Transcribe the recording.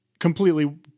completely